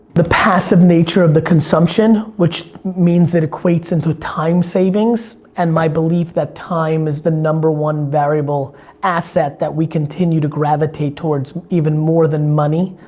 the passive nature of the consumption, which means it equates into time savings, and my belief that time is the number one variable asset that we continue to gravitate towards even more than money.